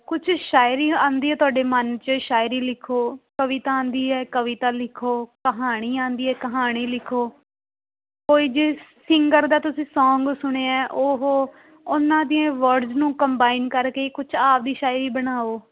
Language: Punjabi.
ਕੁਛ ਸ਼ਾਇਰੀ ਆਉਂਦੀ ਹੈ ਤੁਹਾਡੇ ਮਨ 'ਚ ਸ਼ਾਇਰੀ ਲਿਖੋ ਕਵਿਤਾ ਆਉਂਦੀ ਹੈ ਕਵਿਤਾ ਲਿਖੋ ਕਹਾਣੀ ਆਉਂਦੀ ਹੈ ਕਹਾਣੀ ਲਿਖੋ ਕੋਈ ਜੇ ਸਿੰਗਰ ਦਾ ਤੁਸੀਂ ਸੌਂਗ ਸੁਣਿਆ ਉਹ ਉਹਨਾਂ ਦੀਆਂ ਵਰਡਸ ਨੂੰ ਕੰਬਾਈਨ ਕਰਕੇ ਕੁਛ ਆਪਣੀ ਸ਼ਾਇਰੀ ਬਣਾਓ